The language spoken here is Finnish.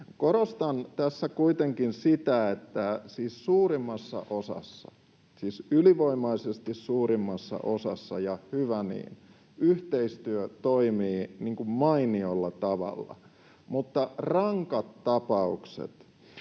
Korostan tässä kuitenkin sitä, että suurimmassa osassa — siis ylivoimaisesti suurimmassa osassa, ja hyvä niin — yhteistyö toimii mainiolla tavalla, mutta rankat tapaukset,